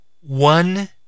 one